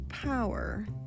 power